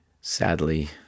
sadly